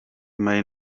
may